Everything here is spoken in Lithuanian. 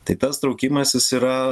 tai tas traukimasis yra